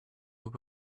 were